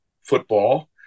football